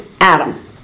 Adam